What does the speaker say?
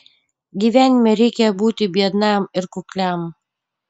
gyvenime reikia būti biednam ir kukliam